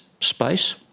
space